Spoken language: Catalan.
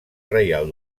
reial